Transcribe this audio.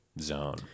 zone